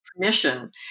permission